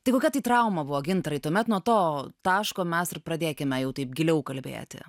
tai kokia tai trauma buvo gintarai tuomet nuo to taško mes ir pradėkime jau taip giliau kalbėti